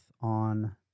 on